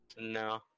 No